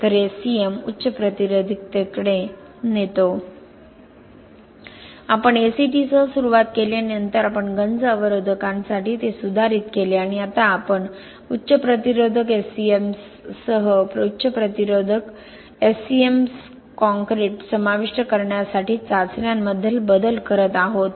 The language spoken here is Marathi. तर SCM उच्च प्रतिरोधकतेकडे नेतो आपण ACT सह सुरुवात केली आणि नंतर आपण गंज अवरोधकांसाठी ते सुधारित केले आणि आता आपण उच्च प्रतिरोधक SCMs सह उच्च प्रतिरोधक SCMs काँक्रीट समाविष्ट करण्यासाठी चाचण्यांमध्ये बदल करत आहोत